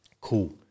Cool